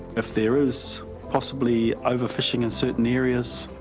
if there is possibly overfishing in certain areas,